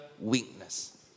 weakness